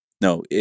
No